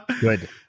Good